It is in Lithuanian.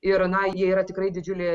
ir na jie yra tikrai didžiulėj